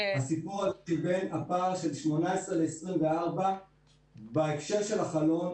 הסיפור של הפער בין 18 ל-24 בהקשר של החלון,